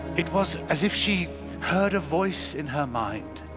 it was as if she heard a voice in her mind,